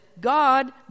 God